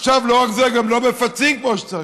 עכשיו, לא רק זה: גם לא מפצים כמו שצריך,